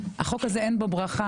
החוק הזה אין בו ברכה,